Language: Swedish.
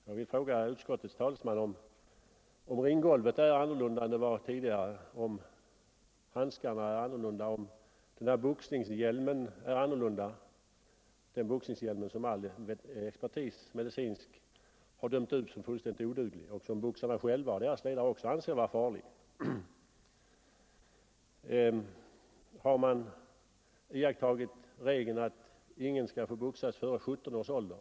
Jag vill fråga utskottets talesman om ringgolvet är annorlunda än det var tidigare, om handskarna är annorlunda, om boxningshjälmen är annorlunda, den boxningshjälm som all medicinsk expertis har dömt ut som fullständigt oduglig och som av boxarna själva och deras ledare anses vara farlig. Har man iakttagit regeln att ingen får boxas före 17 års ålder?